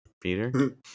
Peter